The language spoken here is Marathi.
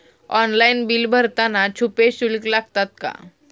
ऑनलाइन बिल भरताना छुपे शुल्क लागतात का?